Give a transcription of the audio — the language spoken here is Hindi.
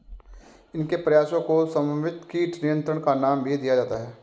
इनके प्रयासों को समन्वित कीट नियंत्रण का नाम भी दिया जाता है